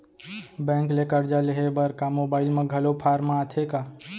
Bank ले करजा लेहे बर का मोबाइल म घलो फार्म आथे का?